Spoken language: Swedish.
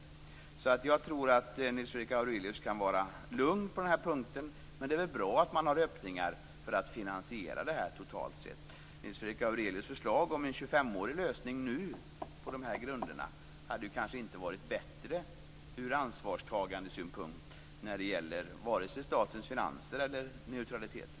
Jag tror alltså att Nils Fredrik Aurelius kan vara lugn på denna punkt. Men det är väl bra att man har öppningar för att finansiera detta totalt sett? Nils Fredrik Aurelius förslag om en 25-årig lösning nu på dessa grunder hade kanske inte varit bättre ur ansvarstagandesynpunkt när det gäller vare sig statens finanser eller neutraliteten.